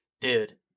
dude